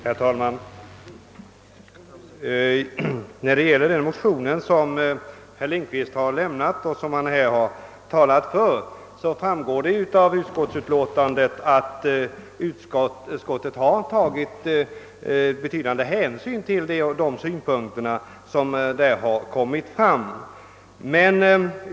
Herr talman! Det framgår av utskottsutlåtandet att utskottet i betydande utsträckning har beaktat de synpunkter som herr Lindkvist har anfört i sin motion och nu även här i kammaren.